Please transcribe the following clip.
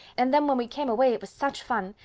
and then when we came away it was such fun!